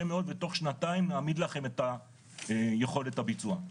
מאוד ותוך שנתיים נעמיד לכם את יכולת הביצוע.